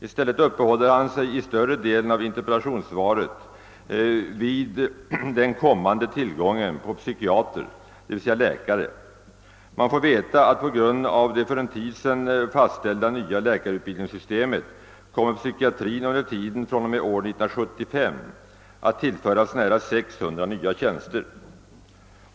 I stället uppehåller han sig i större delen av interpellationssvaret vid den kommande tillgången på psykiater, d.v.s. läkare. Man får veta att på grund av det för en tid sedan fastställda nya läkarutbildningssystemet kommer psykiatrin under tiden fr.o.m. år 1975 att tillföras nära 600 nya tjänster.